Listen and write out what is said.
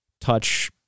touch